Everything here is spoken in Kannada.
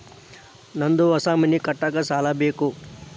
ನಂದು ಹೊಸ ಮನಿ ಕಟ್ಸಾಕ್ ಸಾಲ ಬೇಕು